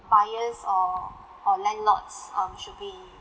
buyers or or landlords um should be